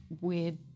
weird